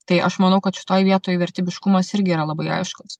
tai aš manau kad šitoj vietoj vertybiškumas irgi yra labai aiškus